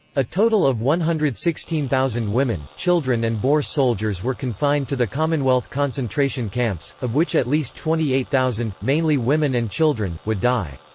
a total of one hundred and sixteen thousand women, children and boer soldiers were confined to the commonwealth concentration camps, of which at least twenty eight thousand, mainly women and children, would die.